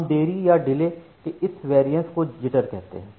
हम देरी या डिले के इस वेरियंस को जिटर कहते हैं